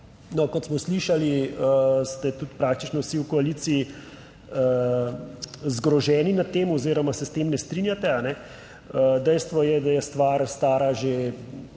Kot smo slišali, ste tudi praktično vsi v koaliciji zgroženi nad tem oziroma se s tem ne strinjate. Dejstvo je, da je stvar stara že